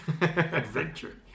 Adventure